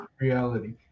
reality